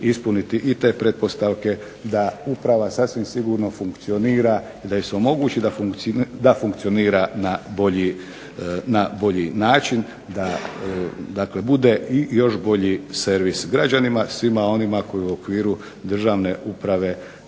ispuniti i te pretpostavke da uprava sasvim sigurno funkcionira, da joj se omogući da funkcionira na bolji način, da dakle bude i još bolji servis građanima i svima onima koji u okviru državne uprave